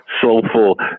soulful